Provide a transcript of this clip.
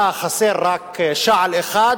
היה חסר רק שעל אחד,